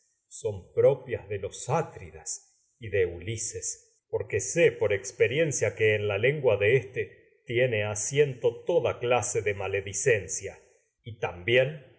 son propias de los la de ulises porque sé por experiencia que en lengua de éste tiene asiento toda clase de maledicen tragedias de sófocles cia y también